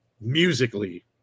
musically